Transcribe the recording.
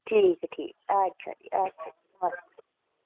ठीक जी ठीक अच्छा जी अच्छा